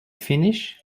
finish